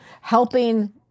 helping